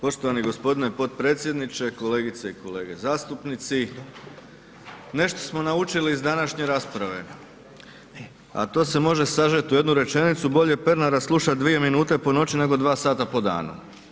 Poštovani gospodine potpredsjedniče, kolegice i kolege zastupnici, nešto smo naučili iz današnje rasprave, a to se može sažet u jednu rečenicu, bolje Pernara slušat 2 minute po noći, nego 2 sata po danu.